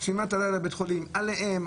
עליהם,